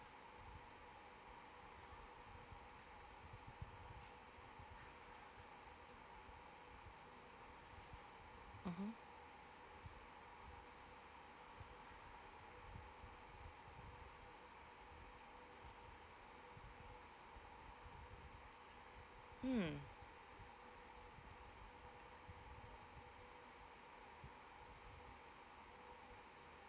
mmhmm mm